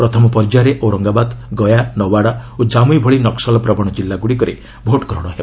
ପ୍ରଥମ ପର୍ଯ୍ୟାୟରେ ଔରଙ୍ଗାବାଦ ଗୟା ନୱାଡ଼ା ଓ କାମୁଇ ଭଳି ନକ୍କଲପ୍ରବଣ ଜିଲ୍ଲାଗୁଡ଼ିକରେ ଭୋଟ୍ଗ୍ରହଣ ହେବ